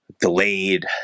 Delayed